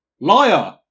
Liar